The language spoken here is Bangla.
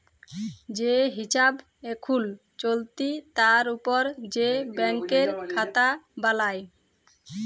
যে হিছাব এখুল চলতি তার উপর যে ব্যাংকের খাতা বালাই